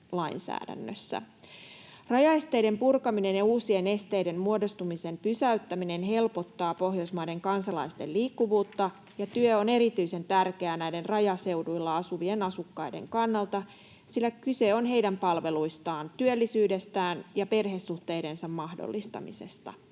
Rajaesteiden purkaminen ja uusien esteiden muodostumisen pysäyttäminen helpottaa Pohjoismaiden kansalaisten liikkuvuutta, ja työ on erityisen tärkeää näiden rajaseuduilla asuvien asukkaiden kannalta, sillä kyse on heidän palveluistaan, työllisyydestään ja perhesuhteidensa mahdollistamisesta.